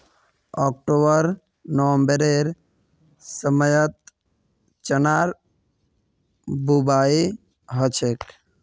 October नवंबरेर समयत चनार बुवाई हछेक